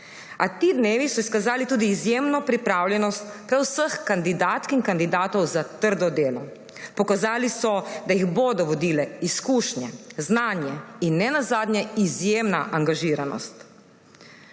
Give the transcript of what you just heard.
A ti dnevi so izkazali tudi izjemno pripravljenost vseh kandidatk in kandidatov za trdo delo. Pokazali so, da jih bodo vodili izkušnje, znanje in nenazadnje izjemna angažiranost.